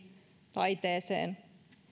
taiteeseen